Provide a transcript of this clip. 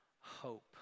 hope